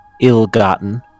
Ill-gotten